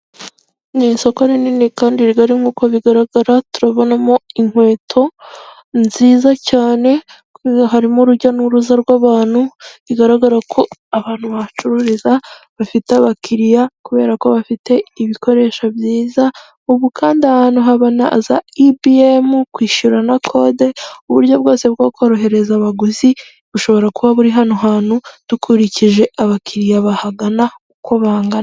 Ni isoko rinini kandi rigari nk'uko bigaragara, turabonamo inkweto nziza cyane, harimo urujya n'uruza rw'abantu, bigaragara ko abantu bahacururiza bafite abakiriya kubera ko bafite ibikoresho byiza, ubu kandi aha hantu haba na za ibiyemu, kwishyura na kode, uburyo bwose bwo korohereza abaguzi bushobora kuba buri hano hantu, dukurikije abakiriya bahagana uko bangana.